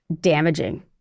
damaging